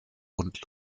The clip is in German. und